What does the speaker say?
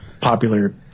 popular